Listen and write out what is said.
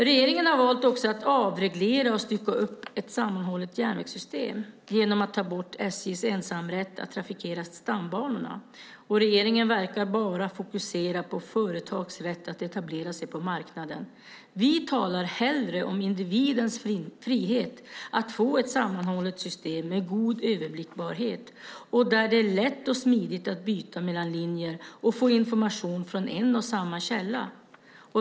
Regeringen har valt att avreglera och stycka upp ett sammanhållet järnvägssystem genom att ta bort SJ:s ensamrätt att trafikera stambanorna. Regeringen verkar fokusera enbart på företags rätt att etablera sig på marknaden. Vi talar hellre om individens frihet att få ett sammanhållet system med god överblickbarhet där det är lätt och smidigt att byta mellan linjer och få information från en och samma källa.